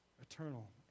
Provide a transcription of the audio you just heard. eternal